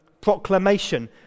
proclamation